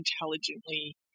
intelligently